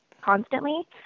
constantly